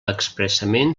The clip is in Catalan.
expressament